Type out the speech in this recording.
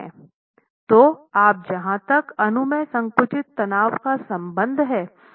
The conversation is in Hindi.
तो आप जहां तक अनुमेय संकुचित तनाव का संबंध है इसे कैपिंग कर रहे हो